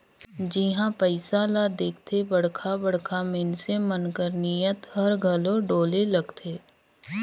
जिहां पइसा ल देखथे बड़खा बड़खा मइनसे मन कर नीयत हर घलो डोले लगथे